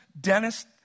Dennis